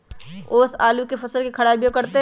ओस आलू के फसल के खराबियों करतै?